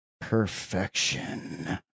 perfection